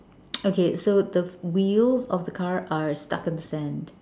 okay so the wheels of the car are stuck in the sand